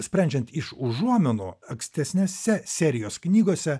sprendžiant iš užuominų ankstesnėse serijos knygose